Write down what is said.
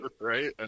Right